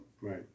Right